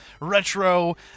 retro